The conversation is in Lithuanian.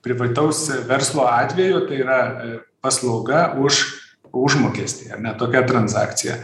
privataus verslo atveju tai yra paslauga už užmokestį ar ne tokia transakcija